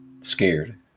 scared